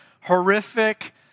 horrific